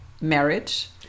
marriage